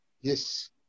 Yes